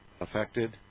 affected